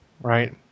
right